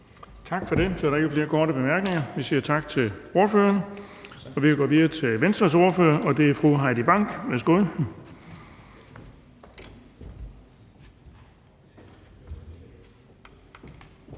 Tak for det. Så er der ikke flere korte bemærkninger, og vi siger tak til ordføreren. Vi går videre til Radikale Venstres ordfører, og det er fru Susan Kronborg. Værsgo.